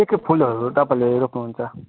के के फुलहरू तपाईँले रोप्नुहुन्छ